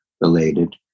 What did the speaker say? related